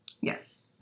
Yes